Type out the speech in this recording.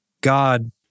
God